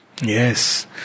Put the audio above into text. Yes